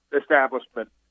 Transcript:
establishment